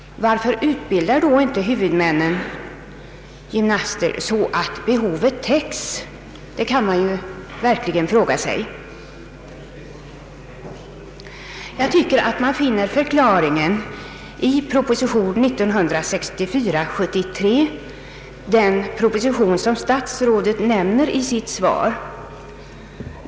Varför utbildar då inte huvudmännen gymnaster så att behovet täcks, det kan man verkligen fråga sig. Förklaringen finns i propositionen 73 år 1964, som statsrådet nämner i sitt svar.